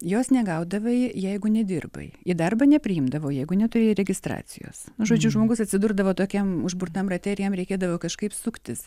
jos negaudavai jeigu nedirbai į darbą nepriimdavo jeigu neturėjai registracijos žodžiu žmogus atsidurdavo tokiam užburtam rate ir jam reikėdavo kažkaip suktis